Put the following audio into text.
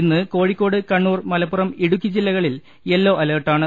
ഇന്ന് കോഴിക്കോട് കണ്ണൂർ മലപ്പുറം ഇടുക്കി ജില്ലകളിൽ യെല്ലോ അലർട്ടാണ്